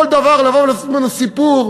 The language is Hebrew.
כל דבר לבוא ולעשות ממנו סיפור.